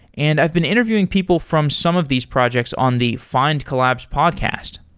and i've been interviewing people from some of these projects on the findcollabs podcast.